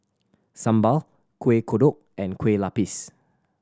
sambal Kuih Kodok and Kueh Lupis